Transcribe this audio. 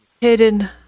hidden